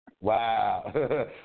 Wow